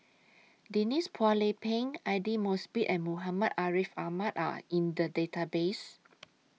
Denise Phua Lay Peng Aidli Mosbit and Muhammad Ariff Ahmad Are in The Database